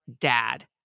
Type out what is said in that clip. dad